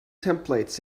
templates